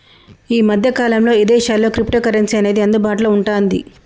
యీ మద్దె కాలంలో ఇదేశాల్లో క్రిప్టోకరెన్సీ అనేది అందుబాటులో వుంటాంది